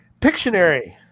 Pictionary